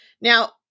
Now